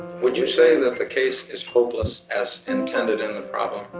would you say that the case is hopeless as intended in the problem?